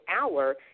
hour